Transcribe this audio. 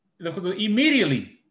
Immediately